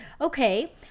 Okay